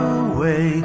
away